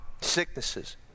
sicknesses